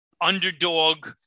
Underdog